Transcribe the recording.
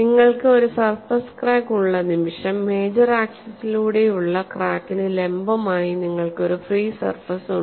നിങ്ങൾക്ക് ഒരു surface crack ഉള്ള നിമിഷം മേജർ ആക്സിസിലൂടെയുള്ള ക്രാക്കിന് ലംബമായി നിങ്ങൾക്ക് ഒരു ഫ്രീ സർഫസ് ഉണ്ട്